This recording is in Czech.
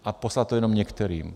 A poslat to jenom některým.